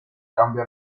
cambia